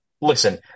listen